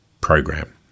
program